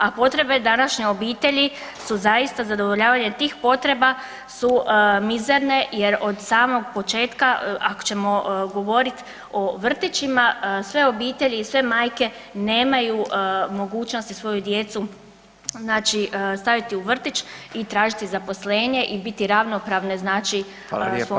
A potrebe današnje obitelji su zaista zadovoljavanje tih potreba su mizerne jer od samog početka ako ćemo govorit o vrtićima, sve obitelji i sve majke, nemaju mogućnosti svoju djecu staviti u vrtić i tražiti zaposlenje i biti ravnopravne, znači svom